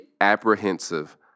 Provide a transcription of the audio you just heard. apprehensive